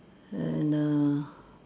and err